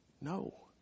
No